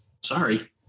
Sorry